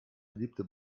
beliebte